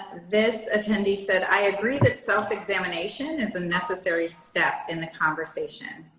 this attendee said, i agree that self-examination is a necessary step in the conversation.